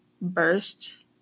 burst